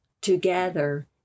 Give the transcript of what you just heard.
together